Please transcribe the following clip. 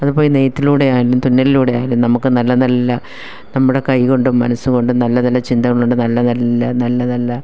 അതിപ്പോൾ ഈ നെയ്ത്തിലൂടെ ആയാലും തുന്നലിലൂടെ ആയാലും നമുക്ക് നല്ല നല്ല നമ്മുടെ കൈ കൊണ്ടും മനസ്സ് കൊണ്ടും നല്ല നല്ല ചിന്തകളുണ്ട് നല്ല നല്ല നല്ല നല്ല